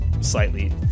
slightly